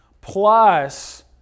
plus